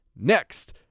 next